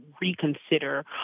reconsider